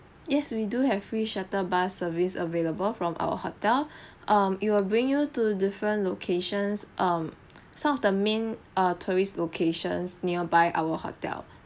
yes we do have free shuttle bus service available from our hotel um it will bring you to different locations um some of the main err tourist locations nearby our hotel